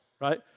Right